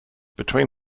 between